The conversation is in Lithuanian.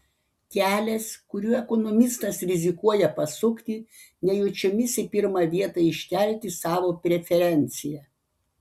kelias kuriuo ekonomistas rizikuoja pasukti nejučiomis į pirmą vietą iškelti savo preferenciją